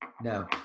no